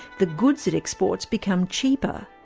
the goods it exports become cheaper.